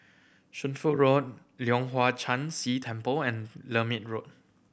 Shunfu Road Leong Hwa Chan Si Temple and Lermit Road